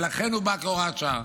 ולכן הוא בא כהוראת שעה.